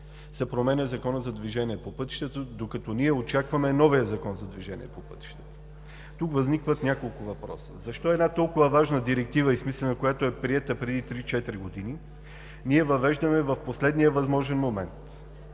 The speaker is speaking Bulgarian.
се променя Законът за движението по пътищата, докато ние очакваме новия Закон за движението по пътищата. Тук възникват няколко въпроса: защо една толкова важна и смислена Директива, която е приета преди три-четири години, ние я въвеждаме в последния възможен момент?